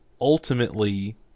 ultimately